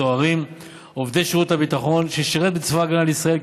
סוהרים ועובדי שירות הביטחון ששירתו בצבא הגנה לישראל.